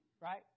right